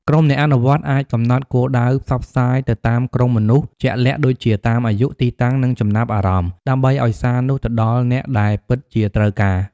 ក្រុមអ្នកអនុវត្តអាចកំណត់គោលដៅផ្សព្វផ្សាយទៅតាមក្រុមមនុស្សជាក់លាក់ដូចជាតាមអាយុ ទីតាំង និងចំណាប់អារម្មណ៍ ដើម្បីឲ្យសារនោះទៅដល់អ្នកដែលពិតជាត្រូវការ។